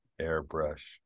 airbrush